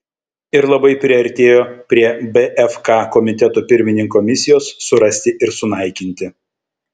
ir labai priartėjo prie bfk komiteto pirmininko misijos surasti ir sunaikinti